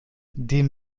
dem